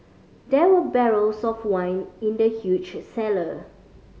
there were barrels of wine in the huge cellar